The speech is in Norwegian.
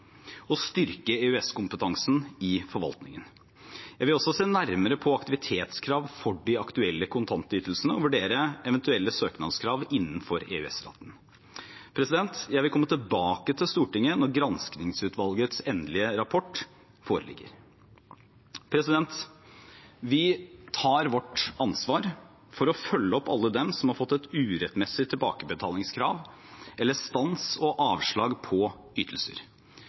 og styrke EØS-kompetansen i forvaltningen. Jeg vil også se nærmere på aktivitetskrav for de aktuelle kontantytelsene og vurdere eventuelle søknadskrav innenfor EØS-retten. Jeg vil komme tilbake til Stortinget når granskingsutvalgets endelige rapport foreligger. Vi tar vårt ansvar for å følge opp alle dem som har fått et urettmessig tilbakebetalingskrav eller stans av og avslag på ytelser.